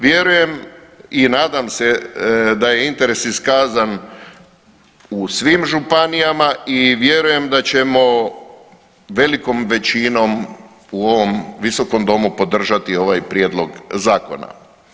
Vjerujem i nadam se da je interes iskazan u svim županijama i vjerujem da ćemo velikom većinom u ovom visokom domu podržati ovaj prijedlog zakona.